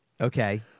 Okay